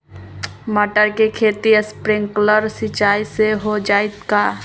मटर के खेती स्प्रिंकलर सिंचाई से हो जाई का?